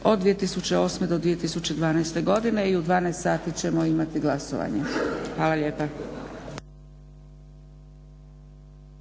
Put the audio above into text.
od 2008. do 2012. godine. U 12,00 sati ćemo imati glasovanje. Hvala lijepa.